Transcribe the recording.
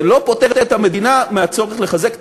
זה לא פוטר את המדינה מהצורך לחזק את